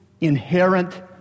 inherent